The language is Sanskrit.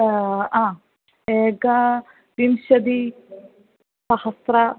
एकविंशतिसहस्रं